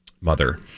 mother